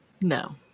No